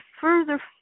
further